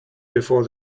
before